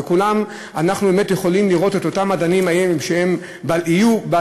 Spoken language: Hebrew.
בכולם אנחנו יכולים לראות את אותם מדענים שיהיו בעתיד,